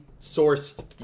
sourced